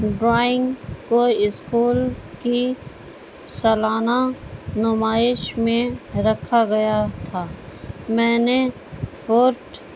drawing کو school کی سالانہ نمائش میں رکھا گیا تھا میں نے فورٹ